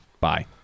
Bye